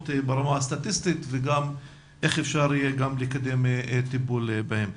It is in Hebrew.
ברמה הסטטיסטית וגם איך אפשר יהיה גם לקדם טיפול בהם.